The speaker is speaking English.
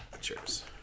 cheers